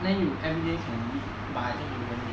then you everyday can read but I think you won't read